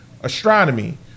astronomy